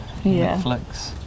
Netflix